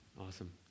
Awesome